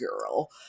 girl